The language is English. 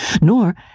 nor